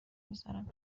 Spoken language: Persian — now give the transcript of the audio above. میذارم